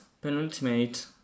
penultimate